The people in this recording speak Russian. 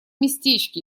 местечке